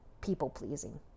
People-pleasing